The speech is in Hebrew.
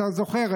אתה זוכר,